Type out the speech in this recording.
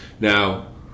Now